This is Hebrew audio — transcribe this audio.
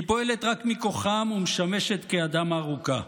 היא פועלת רק מכוחם ומשמשת כידם הארוכה.